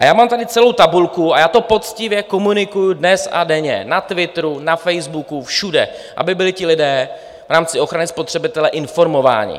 Já mám tady celou tabulku a já to poctivě komunikuju dnes a denně na Twitteru, na Facebooku, všude, aby byli ti lidé v rámci ochrany spotřebitele informováni.